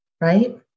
right